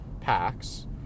packs